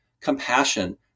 compassion